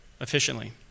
efficiently